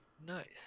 Nice